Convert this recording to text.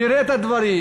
תראה את הדברים,